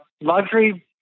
luxury